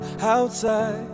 outside